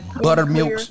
Buttermilk